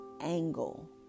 angle